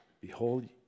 Behold